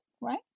right